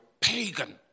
pagan